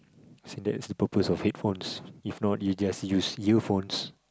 so that's the purpose of headphones if not you just use earphones